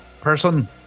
person